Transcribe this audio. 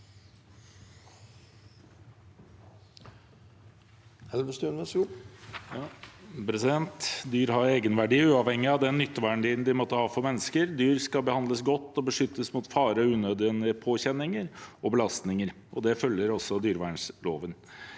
Elvestuen (V) Dyr har en egenverdi uavhengig av den nytteverdien de måtte ha for mennesker. Dyr skal behandles godt og beskyttes mot farer og unødvendige påkjenninger og belastninger. Det følger også av dyrevelferdsloven.